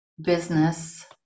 Business